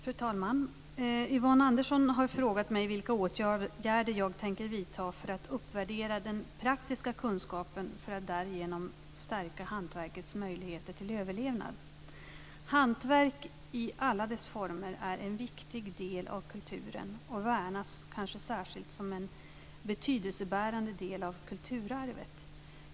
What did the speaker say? Fru talman! Yvonne Andersson har frågat mig vilka åtgärder jag tänker vidta för att uppvärdera den praktiska kunskapen för att därigenom stärka hantverkets möjligheter till överlevnad. Hantverk i alla dess former är en viktig del av kulturen och värnas kanske särskilt som en betydelsebärande del av kulturarvet.